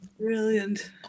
Brilliant